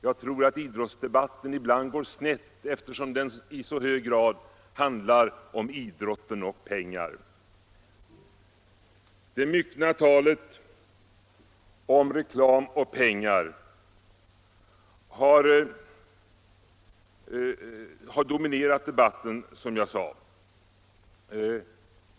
Jag tror att idrottsdebatten stundom går snett, eftersom den i så hög grad handlar om idrott och pengar. Det myckna talet om reklam och pengar har, som jag sade, dominerat debatten.